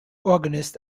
organist